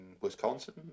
Wisconsin